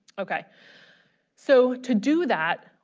okay so to do that